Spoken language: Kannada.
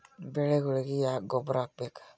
ಬೆಳಿಗೊಳಿಗಿ ಯಾಕ ಗೊಬ್ಬರ ಹಾಕಬೇಕು?